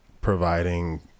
providing